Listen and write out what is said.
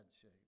shape